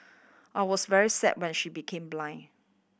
I was very sad when she became blind